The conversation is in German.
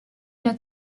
der